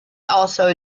also